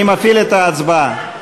אני מפעיל את ההצבעה.